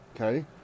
okay